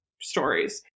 stories